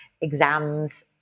exams